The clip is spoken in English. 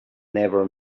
never